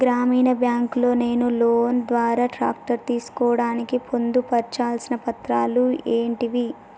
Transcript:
గ్రామీణ బ్యాంక్ లో నేను లోన్ ద్వారా ట్రాక్టర్ తీసుకోవడానికి పొందు పర్చాల్సిన పత్రాలు ఏంటివి?